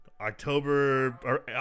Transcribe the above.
October